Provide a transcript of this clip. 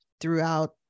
throughout